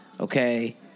Okay